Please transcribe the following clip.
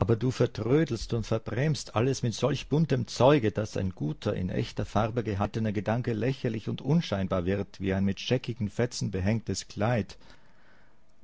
aber du vertrödelst und verbrämst alles mit solch buntem zeuge daß ein guter in echter farbe gehaltener gedanke lächerlich und unscheinbar wird wie ein mit scheckigen fetzen behängtes kleid